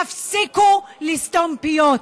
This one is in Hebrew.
תפסיקו לסתום פיות.